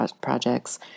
projects